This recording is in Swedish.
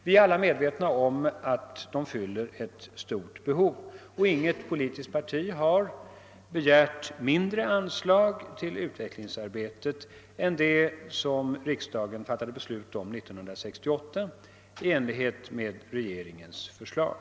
Vi är alla medvetna om att de fyller ett stort behov, och inget politiskt parti har begärt mindre anslag till utvecklingsarbetet än det som riksdagen fattade beslut om 1968 i enlighet med regeringens förslag.